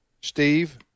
Steve